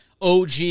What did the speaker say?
OG